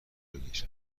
بگیر